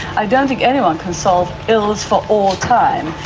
i don't think anyone can solve ills for all time,